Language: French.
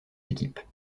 équipes